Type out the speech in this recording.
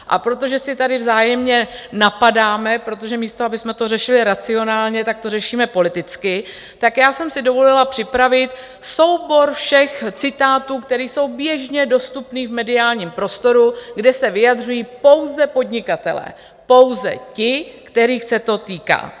A protože se tady vzájemně napadáme, protože místo abychom to řešili racionálně, tak to řešíme politicky, tak já jsem si dovolila připravit soubor všech citátů, které jsou běžně dostupné v mediálním prostoru, kde se vyjadřují pouze podnikatelé, pouze ti, kterých se to týká.